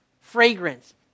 fragrance